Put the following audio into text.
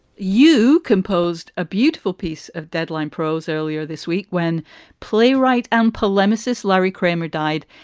you composed a beautiful piece of deadline prose earlier this week when playwright and polemicist larry kramer died.